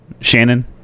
Shannon